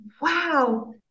wow